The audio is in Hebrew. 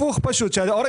פשוט הפוך.